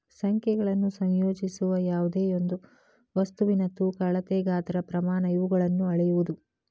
ಸಂಖ್ಯೆಗಳನ್ನು ಸಂಯೋಜಿಸುವ ಯಾವ್ದೆಯೊಂದು ವಸ್ತುವಿನ ತೂಕ ಅಳತೆ ಗಾತ್ರ ಪ್ರಮಾಣ ಇವುಗಳನ್ನು ಅಳೆಯುವುದು